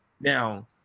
Now